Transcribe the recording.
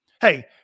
Hey